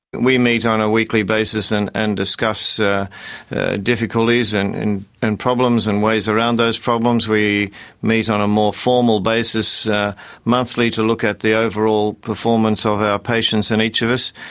we meet on a weekly basis and and discuss ah difficulties and and problems and ways around those problems. we meet on a more formal basis monthly to look at the overall performance of our patients and each of us,